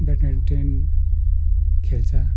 badminton खेल्छ